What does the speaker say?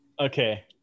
okay